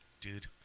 Dude